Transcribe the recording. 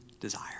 desire